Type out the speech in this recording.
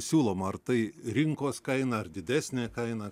siūloma ar tai rinkos kaina ar didesnė kaina